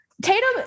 tatum